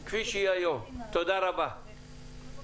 תודה רבה.